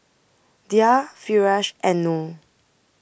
Dhia Firash and Noh